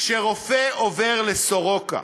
כשרופא עובר לסורוקה